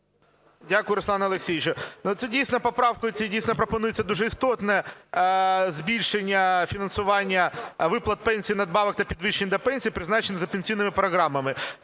Дякую, Руслане Олексійовичу. Дійсно, поправкою цією пропонується дуже істотне збільшення фінансування виплат пенсій і надбавок та підвищень до пенсії призначено за пенсійними програмами